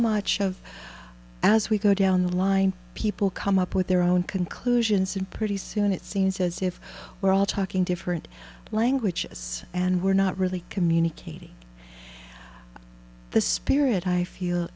much of as we go down the line people come up with their own conclusions and pretty soon it seems as if we're all talking different languages and we're not really communicating the spirit i feel